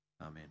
Amen